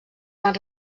van